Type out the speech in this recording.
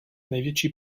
největší